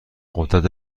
غدد